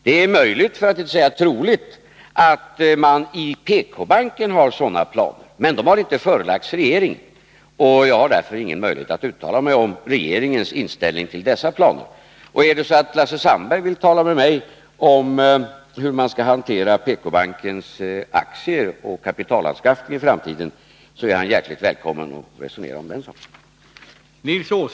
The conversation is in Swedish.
Det är möjligt, för att inte säga troligt, att man i PKbanken har sådana planer, men de har inte förelagts regeringen, och jag har därför ingen möjlighet att uttala mig om regeringens inställning till dessa planer. Är det så att Lasse Sandberg vill tala med mig om hur man i framtiden skall hantera PKbankens aktier och kapitalanskaffning är han hjärtligt välkommen att resonera om det.